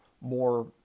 more